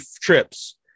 trips